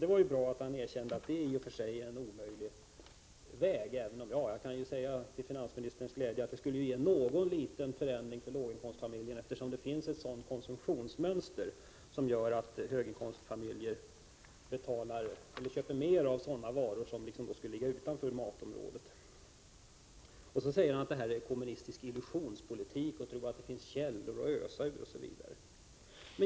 Det var ju bra att finansministern erkände att det i och för sig är en omöjlig väg, även om jag kan säga till finansministerns glädje att det skulle ju ge någon liten förändring för låginkomstfamiljerna, eftersom det finns ett sådant konsumtionsmönster att höginkomstfamiljer köper mera av varor som inte är att hänföra till livsmedel. Finansministern säger att det är en kommunistisk illusionspolitik att tro att det finns källor att ösa ur, osv.